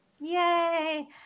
Yay